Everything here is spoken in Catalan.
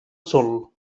sol